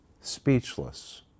speechless